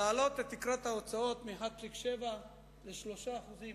להעלות את תקרת ההוצאות מ-1.7% ל-3%,